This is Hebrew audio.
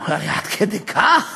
הוא אמר לי: עד כדי כך?